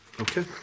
Okay